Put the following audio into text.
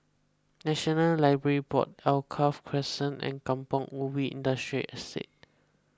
National Library Board Alkaff Crescent and Kampong Ubi Industrial Estate